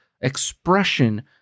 expression